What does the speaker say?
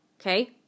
Okay